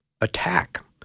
attack